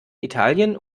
italien